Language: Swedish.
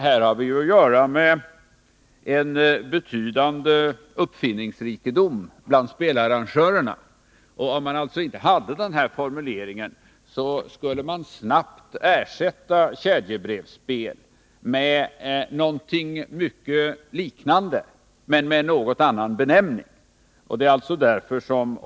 Här har vi att göra med en betydande uppfinningsrikedom bland spelarrangörerna, och om vi inte hade den här formuleringen skulle man snabbt ersätta kedjebrevsspel med någonting som mycket liknar detta spel, men som har en något annan benämning.